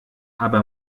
aber